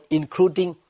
including